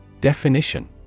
Definition